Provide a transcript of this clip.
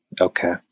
Okay